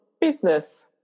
business